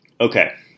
Okay